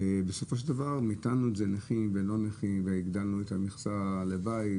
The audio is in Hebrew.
בסופו של דבר מיתנו את זה לנכים ולא נכים והגדלנו את המכסה לבית,